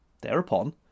Thereupon